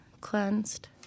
cleansed